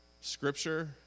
Scripture